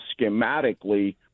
schematically